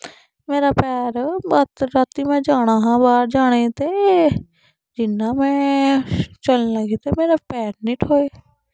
मेरा पैर रातीं में जाना हा बाह्र जाने गी ते जियां में चलना कीता मेरा पैर निं ठोए